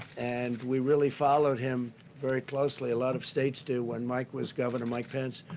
and we really follow him very closely, a lot of states do. when mike was governor, mike pence,